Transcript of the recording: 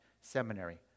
seminary